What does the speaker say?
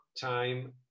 time